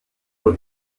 wari